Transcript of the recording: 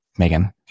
Megan